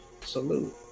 salute